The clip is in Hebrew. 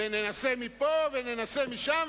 וננסה מפה וננסה משם,